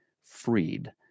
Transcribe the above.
freed